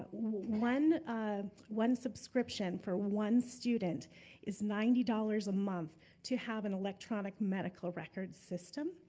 ah one ah one subscription for one student is ninety dollars a month to have an electronic medical records system,